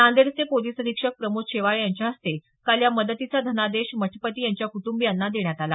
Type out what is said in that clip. नांदेडचे पोलिस अधिक्षक प्रमोद शेवाळे यांच्या हस्ते काल या मदतीचा धनादेश मठपती यांच्या कुटुंबियांना देण्यात आला